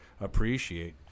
appreciate